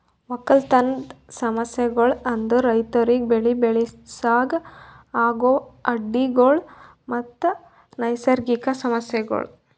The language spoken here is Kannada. ಒಕ್ಕಲತನದ್ ಸಮಸ್ಯಗೊಳ್ ಅಂದುರ್ ರೈತುರಿಗ್ ಬೆಳಿ ಬೆಳಸಾಗ್ ಆಗೋ ಅಡ್ಡಿ ಗೊಳ್ ಮತ್ತ ನೈಸರ್ಗಿಕ ಸಮಸ್ಯಗೊಳ್